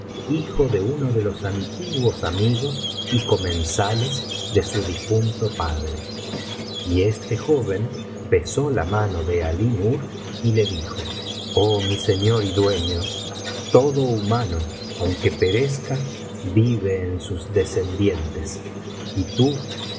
hijo de uno de los antiguos amigos y comensales de su difunto padre y este joven besó la mano á alí nur y le dijo oh mi señor y dueño todo humano aunque perezca vive en sus descendientes y tú